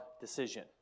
decision